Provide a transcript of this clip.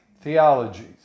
theologies